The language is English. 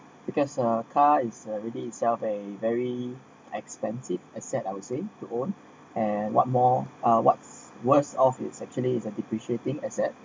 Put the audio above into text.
because uh car is already itself a very expensive asset I would say to own and what more are what's worse off it's actually it's the depreciating asset